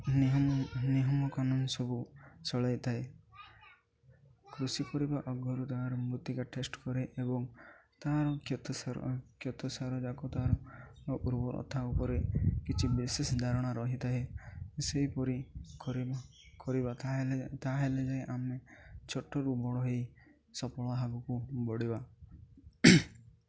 ନିୟମ ନିୟମ କାନୁନ ସବୁ ଚଳାଇ ଥାଏ କୃଷି କରିବା ଆଗୁରୁ ତାହାର ମୃତ୍ତିକା ଟେଷ୍ଟ କରେ ଏବଂ ତାହାର କ୍ଷତ ସାର କ୍ଷତ ସାର ଯାକ ତା'ର ଉର୍ବରଥା ଉପରେ କିଛି ବିଶେଷଧାରଣା ରହିଥାଏ ସେହିପରି କରି କରିବା ତା'ହାଲେ ତାହାହେଲେ ଯାଏ ଆମେ ଛୋଟ ରୁ ବଡ଼ ହେଇ ସଫଳ ହେବାକୁ ବଢ଼ିବା